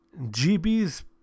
GB's